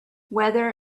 weather